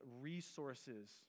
resources